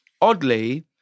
oddly